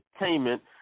Entertainment